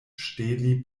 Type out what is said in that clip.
ŝteli